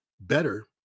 better